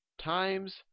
times